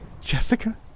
Jessica